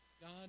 God